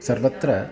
सर्वत्र